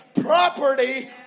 property